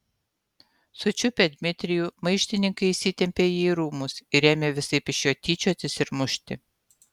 sučiupę dmitrijų maištininkai įsitempė jį į rūmus ir ėmė visaip iš jo tyčiotis ir mušti